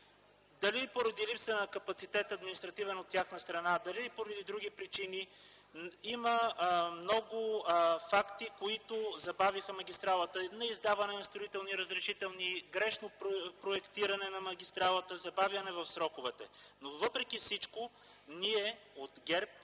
Дали поради липса на административен капацитет от тяхна страна, дали поради други причини има много факти, които забавиха магистралата – неиздаване на строителни разрешителни, грешно проектиране на магистралата, забавяне в сроковете. Въпреки всичко ние от ГЕРБ,